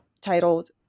titled